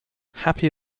happy